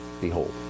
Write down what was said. Behold